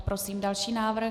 Prosím další návrh.